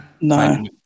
No